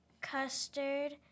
custard